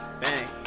bang